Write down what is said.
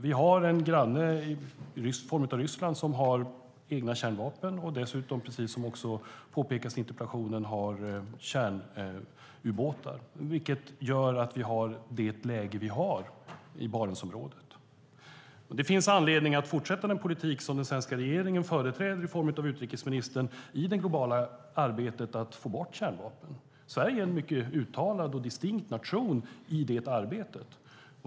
Vi har en granne i form av Ryssland som har egna kärnvapen och dessutom, precis som påpekas i interpellationen, har kärnvapenbestyckade ubåtar, vilket gör att vi har det läge vi har i Barentsområdet. Det finns anledning att fortsätta den politik som den svenska regeringen genom utrikesministern företräder i det globala arbetet med att få bort kärnvapnen. Sverige har som nation en mycket uttalad och distinkt roll i det arbetet.